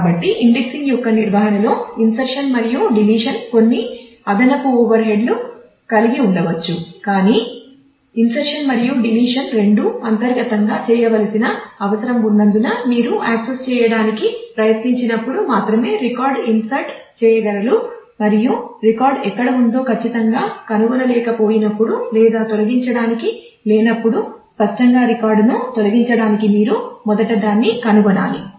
కాబట్టి ఇండెక్సింగ్ కలిగి ఉండవచ్చు కానీ ఇంసెర్షన్ మరియు డిలీషన్ రెండూ అంతర్గతంగా చేయవలసిన అవసరం ఉన్నందున మీరు యాక్సెస్ చేయడానికి ప్రయత్నించినప్పుడు మాత్రమే రికార్డ్ ఇన్సర్ట్ చేయగలరు మరియు రికార్డ్ ఎక్కడ ఉందో ఖచ్చితంగా కనుగొనలేకపోయినప్పుడు లేదా తొలగించడానికి లేనప్పుడు స్పష్టంగా రికార్డును తొలగించడానికి మీరు మొదట దాన్ని కనుగొనాలి